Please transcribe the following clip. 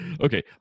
Okay